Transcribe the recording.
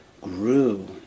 grew